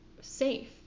safe